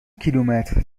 کیلومتر